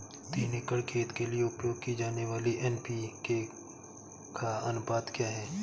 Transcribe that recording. तीन एकड़ खेत के लिए उपयोग की जाने वाली एन.पी.के का अनुपात क्या है?